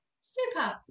Super